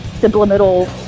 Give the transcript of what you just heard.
subliminal